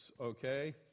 okay